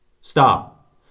Stop